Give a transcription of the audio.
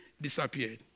disappeared